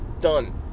done